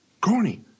Corny